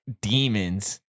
demons